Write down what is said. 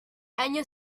año